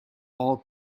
all